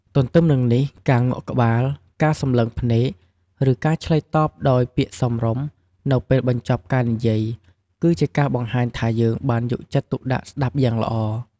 ទទ្ទឹមនឹងនេះ ការងក់ក្បាល ការសម្លឹងភ្នែក ឬការឆ្លើយតបដោយពាក្យសមរម្យនៅពេលបញ្ចប់ការនិយាយ គឺជាការបង្ហាញថា យើងបានយកចិត្តទុកដាក់ស្តាប់យ៉ាងល្អ។